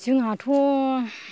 जोंहाथ'